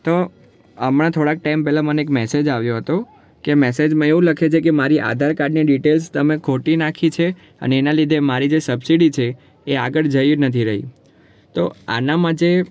તો હમણાં થોડાક ટાઈમ પહેલાં મને એક મેસેજ આવ્યો હતો કે મેસેજમાં એવું લખે છે કે મારી આધાર કાર્ડની ડિટેલ્સ તમે ખોટી નાખી છે અને એના લીધે મારી જે સબસિડી છે એ આગળ જઈ નથી રહી તો આનામાં જે